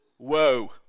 Whoa